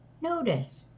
Notice